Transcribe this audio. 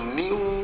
new